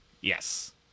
Yes